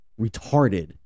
Retarded